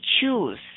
choose